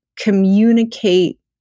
communicate